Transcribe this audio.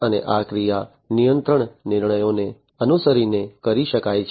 અને આ ક્રિયા નિયંત્રણ નિર્ણયોને અનુસરીને કરી શકાય છે